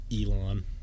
Elon